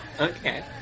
okay